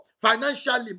Financially